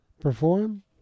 perform